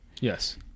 Yes